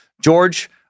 George